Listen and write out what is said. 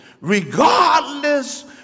regardless